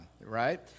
right